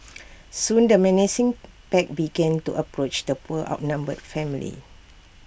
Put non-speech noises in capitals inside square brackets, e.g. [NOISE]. [NOISE] soon the menacing pack began to approach the poor outnumbered family